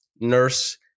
Nurse